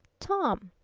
tom